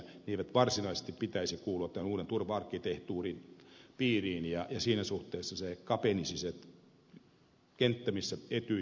niiden ei varsinaisesti pitäisi kuulua tämän uuden turva arkkitehtuurin piiriin ja siinä suhteessa kapenisi se kenttä missä etyj järjestö toimii